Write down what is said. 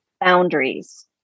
boundaries